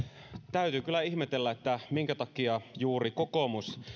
täytyy kyllä ihmetellä minkä takia juuri kokoomus